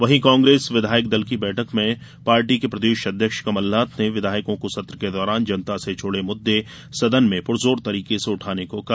वहीं कांग्रेस विधायक दल की बैठक में पार्टी के प्रदेश अध्यक्ष कमलनाथ ने विधायकों को सत्र के दौरान जनता से जुड़े मुद्दे सदन में पुरजोर तरीके से उठाने को कहा